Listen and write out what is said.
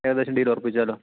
ഏകദേശം ഡീൽ ഉറപ്പിച്ചാലോ